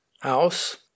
house